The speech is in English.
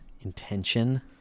intention